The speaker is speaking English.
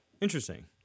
Interesting